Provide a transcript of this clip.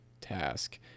task